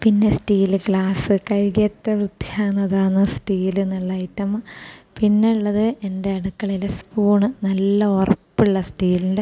പിന്നെ steel glass കഴുകിയിട്ട് വൃത്തിയാകുന്നതാണ് സ്റ്റീൽ എന്നുള്ള ഐറ്റം പിന്നെയുള്ളത് എൻ്റെ അടുക്കളയിൽ സ്പൂണ് നല്ല ഉറപ്പുള്ള സ്റ്റീലിൻ്റെ